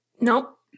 nope